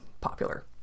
popular